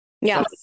yes